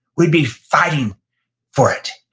we'd be fighting for it.